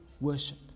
worship